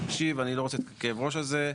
תקשיב אני לא רוצה את כאב הראש הזה,